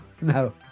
no